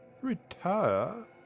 RETIRE